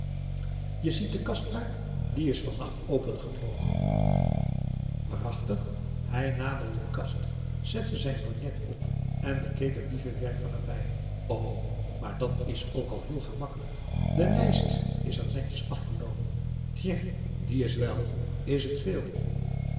je ziet de kast daar die is van nacht opengebroken waarachtig hij naderde de kast zette zijn lorgnet op en bekeek het dievenwerk van nabij o maar dat is ook al heel gemakkelijk de lijst is er netjes afgenomen t i e n s die is wèl is het veel